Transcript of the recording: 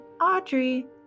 Audrey